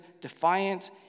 defiance